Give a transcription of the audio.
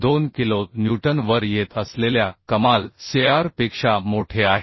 2 kilo newton वर येत असलेल्या कमाल cr पेक्षा मोठे आहे